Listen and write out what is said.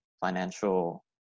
financial